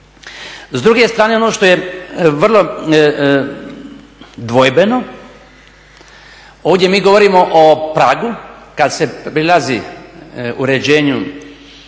S druge strane ono što je vrlo dvojbeno ovdje mi govorimo o pragu, kad se prilazi uređenju